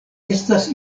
estas